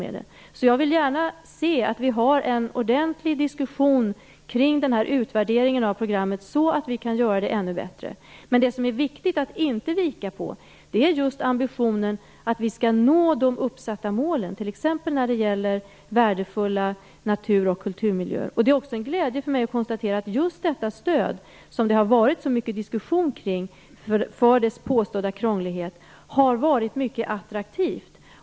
Jag ser alltså gärna att vi har en ordentlig diskussion kring utvärderingen av programmet, så att vi kan göra det ännu bättre. Däremot är det viktigt att inte vika just när det gäller ambitionen att nå uppsatta mål, t.ex. i fråga om värdefulla natur och kulturmiljöer. Det är också en glädje för mig att kunna konstatera att just detta stöd, som det ju varit så mycket diskussioner kring på grund av dess påstådda krånglighet, har varit mycket attraktivt.